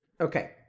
Okay